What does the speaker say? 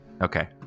okay